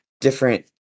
different